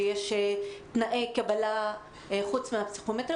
שיש תנאי קבלה חוץ מהפסיכומטרי,